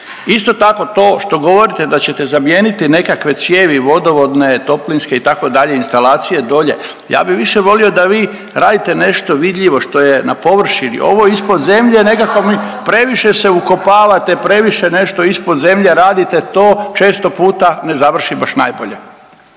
Isto tako, to što govorite da ćete zamijeniti nekakve cijevi vodovodne, toplinske, itd., instalacije dolje, ja bih više volio da vi radite nešto vidljivo što je na površini, ovo ispod zemlje nekako mi .../Upadica se ne čuje./... previše se ukopavate, previše nešto ispod zemlje radite, to često puta ne završi baš najbolje.